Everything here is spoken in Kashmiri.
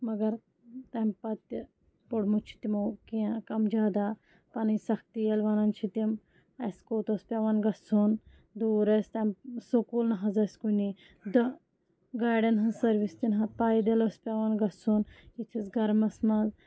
مگر تَمہِ پَتہٕ تہِ پوٚرمُت چھِ تِمو کینٛہہ کَم زیادٕ پَنٕنۍ سختی ییٚلہِ وَنان چھِ تِم اَسہِ کوٚت اوس پیٚوان گژھُن دوٗر ٲسۍ تَمہِ سکوٗل نہ حظ ٲسۍ کُنے دَ گاڑٮ۪ن ہِنٛز سٔروِس تہِ نہ حظ پادٔلۍ اوس پیٚوان گژھُن یِتھِس گَرمَس منٛز